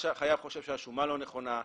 החייב חושב שהשומה לא נכונה,